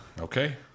Okay